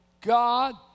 God